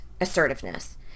assertiveness